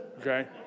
Okay